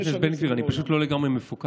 חבר הכנסת בן גביר, אני פשוט לא לגמרי מפוקס.